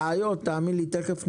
בעיות תאמין לי תיכף נשמע.